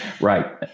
Right